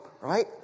right